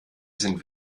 sind